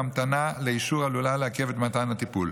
וההמתנה לאישור עלולה לעכב את מתן הטיפול.